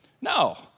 No